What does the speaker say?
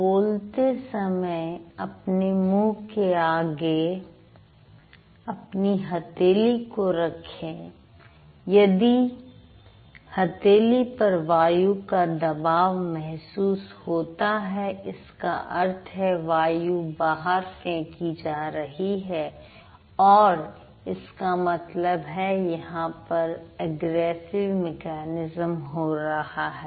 बोलते समय अपने मुंह के आगे अपनी हथेली को रखें यदि हथेली पर वायु का दबाव महसूस होता है इसका अर्थ है वायु बाहर फेंकी जा रही है और और इसका मतलब है यहां पर अग्रेसिव मेकैनिज्म हो रहा है